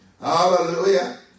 Hallelujah